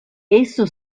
esso